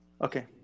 Okay